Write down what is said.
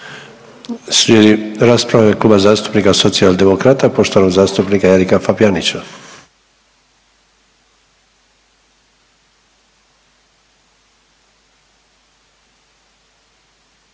Slijedi rasprava u ime Kluba zastupnika Socijaldemokrata poštovanog zastupnika Erika Fabijanića.